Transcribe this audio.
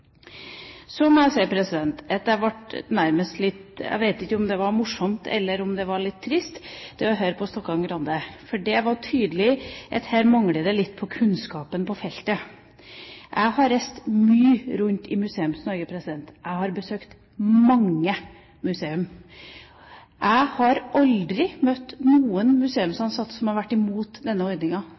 Så må jeg si at jeg vet ikke om det var morsomt eller om det var litt trist å høre på Stokkan-Grande. Det var tydelig at her mangler det litt på kunnskapen på feltet. Jeg har reist mye rundt om i Museums-Norge. Jeg har besøkt mange museum. Jeg har aldri møtt noen museumsansatte som har vært imot denne